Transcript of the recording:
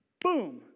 Boom